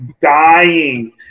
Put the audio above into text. dying